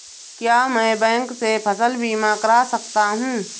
क्या मैं बैंक से फसल बीमा करा सकता हूँ?